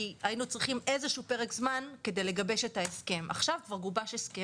כיום רוב הרפתות עומדות ביעד הזה.